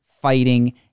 fighting